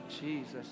Jesus